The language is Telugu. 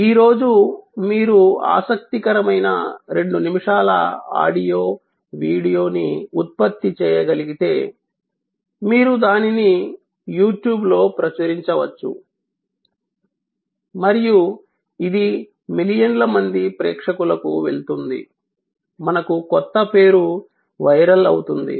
ఈ రోజు మీరు ఆసక్తికరమైన 2 నిమిషాల ఆడియో వీడియో ని ఉత్పత్తి చేయగలిగితే మీరు దానిని యూట్యూబ్ లో ప్రచురించవచ్చు మరియు ఇది మిలియన్ల మంది ప్రేక్షకులకు వెళ్తుంది మనకు కొత్త పేరు వైరల్ అవుతుంది